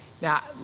Now